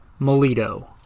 Molito